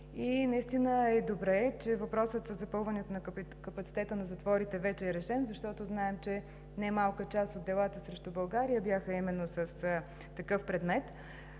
Наистина е добре, че въпросът със запълването на капацитета на затворите вече е решен, защото знаем, че немалка част от делата срещу България бяха именно с такъв предмет.